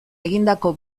egindako